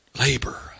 labor